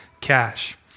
cash